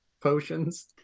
potions